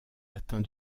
atteints